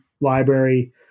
library